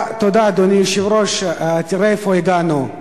אדוני היושב-ראש, תודה, תראה לאן הגענו.